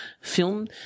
film